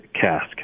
cask